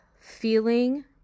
feeling